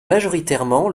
majoritairement